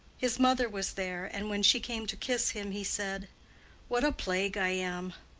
his mother was there, and when she came to kiss him, he said what a plague i am!